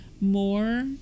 more